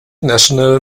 national